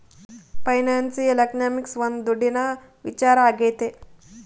financial economics ಒಂದ್ ದುಡ್ಡಿನ ವಿಚಾರ ಆಗೈತೆ